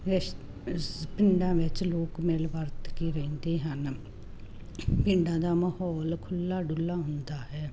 ਇਸ਼ ਇਸ ਪਿੰਡਾਂ ਵਿੱਚ ਲੋਕ ਮਿਲ ਵਰਤ ਕੇ ਰਹਿੰਦੇ ਹਨ ਪਿੰਡਾਂ ਦਾ ਮਾਹੌਲ ਖੁੱਲ੍ਹਾ ਡੁੱਲ੍ਹਾ ਹੁੰਦਾ ਹੈ